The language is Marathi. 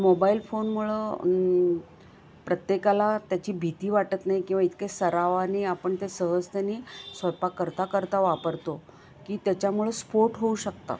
मोबाईल फोनमुळं प्रत्येकाला त्याची भीती वाटत नाही किंवा इतके सरावाने आपण ते सहजतेनी स्वयंपाक करता करता वापरतो की त्याच्यामुळं स्फोट होऊ शकतो